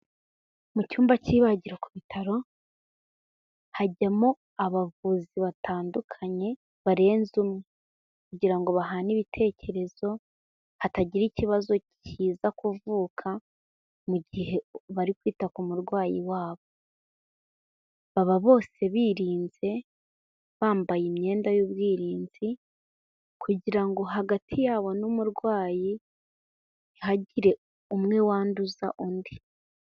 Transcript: Mu cyumba cy'ibagiro ku bitaro, hajyamo abavuzi batandukanye barenze umwe, kugira ngo bahane ibitekerezo, hatagira ikibazo kiza kuvuka, mu gihe bari kwita ku murwayi wabo. Baba bose birinze, bambaye imyenda y'ubwirinzi, kugira ngo hagati yabo n'umurwayi, ntihagire umwe wanduza undi.